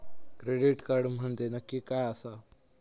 Credit card म्हंजे नक्की काय आसा?